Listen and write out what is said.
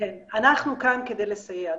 אנחנו כאן כדי לסייע.